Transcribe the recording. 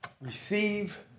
receive